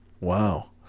Wow